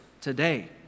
today